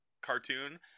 cartoon